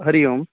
हरिः ओम्